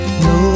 no